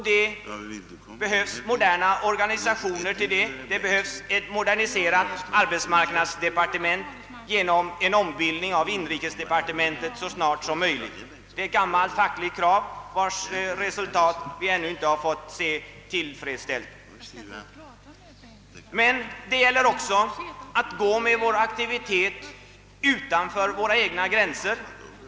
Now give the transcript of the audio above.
Det behövs moderna arbetsformer härför, det behövs ett moderniserat arbetsmarknadsdepartement genom en ombildning av inrikesdepartementet så snart som möjligt. Det senare är ett gammalt fackligt krav som ännu inte har blivit tillgodosett. Men det gäller också att gå med vår aktivitet utanför Sveriges egna gränser.